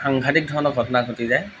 সাংঘাটিক ধৰণৰ ঘটনা ঘটি যায়